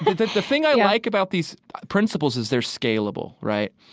the the thing i like about these principles is they're scalable, right?